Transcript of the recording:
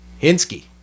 Hinsky